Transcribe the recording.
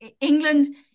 England